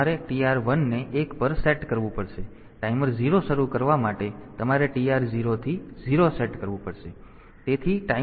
તેથી તમારે TR 1 ને એક પર સેટ કરવું પડશે ટાઈમર 0 શરૂ કરવા માટે તમારે TR 0 થી 0 સેટ કરવાનું શરૂ કરવું પડશે